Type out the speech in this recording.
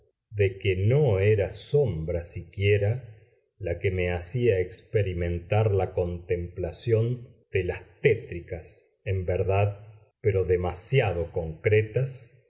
de que no era sombra siquiera la que me hacía experimentar la contemplación de las tétricas en verdad pero demasiado concretas